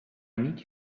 need